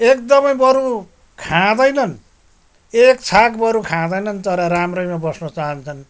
एकदमै बरू खाँदैनन् एक छाक बरू खाँदैनन् तर राम्रैमा बस्नु चाहन्छन्